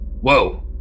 Whoa